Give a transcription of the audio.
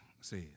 says